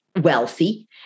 wealthy